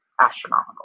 astronomical